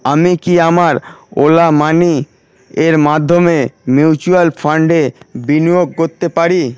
আমি কি আমার ওলা মানিয়ের মাধ্যমে মিউচুয়াল ফান্ডে বিনিয়োগ করতে পারি